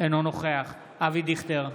אינו נוכח אבי דיכטר,